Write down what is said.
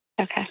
Okay